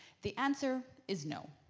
the answer is no.